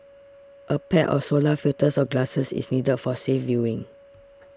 a pair of solar filters or glasses is needed for safe viewing